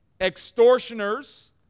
extortioners